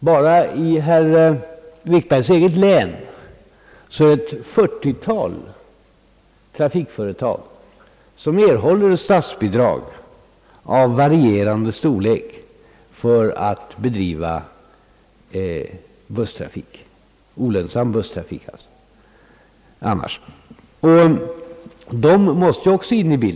Bara i herr Wikbergs eget län är det ett fyrtiotal trafikföretag som erhåller statsbidrag av varierande storlek för att bedriva annars olönsam busstrafik.